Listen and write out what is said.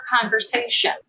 conversation